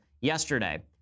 yesterday